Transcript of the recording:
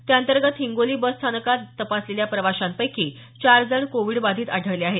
त्याअंतर्गत हिंगोली बसस्थानकात तपासलेल्या प्रवाशांपैकी चार जण कोविड बाधित आढळले आहेत